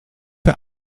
für